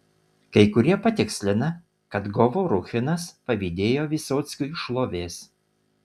kai kurie patikslina kad govoruchinas pavydėjo vysockiui šlovės